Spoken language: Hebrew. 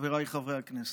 חבריי חברי הכנסת,